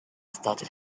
started